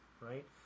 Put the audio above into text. right